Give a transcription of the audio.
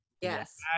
yes